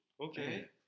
okay